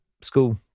school